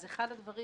אז אחד הדברים,